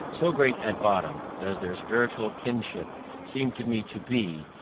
so great, at bottom, does their spiritual kinship seem to me to be,